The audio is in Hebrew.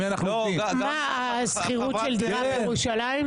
שכירות של דירה בירושלים?